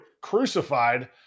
crucified